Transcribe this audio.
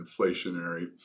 inflationary